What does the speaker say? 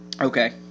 Okay